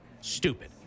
stupid